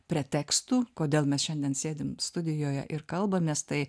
pretekstų kodėl mes šiandien sėdim studijoje ir kalbamės tai